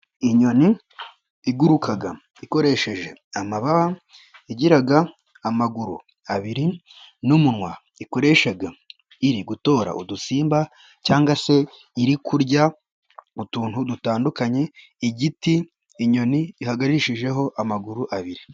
Inyoni iguruka ikoresheje amababa, igira amaguru abiri n'umunwa ikoresha iri gutora udusimba, cyangwa se iri kurya utuntu dutandukanye, igiti inyoni ihagarishijeho amaguru abiri.